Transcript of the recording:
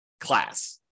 class